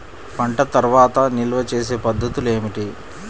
పంట తర్వాత నిల్వ చేసే పద్ధతులు ఏమిటి?